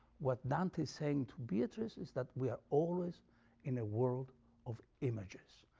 what dante's saying to beatrice is that we are always in a world of images,